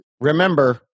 Remember